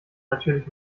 natürlich